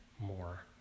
more